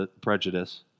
prejudice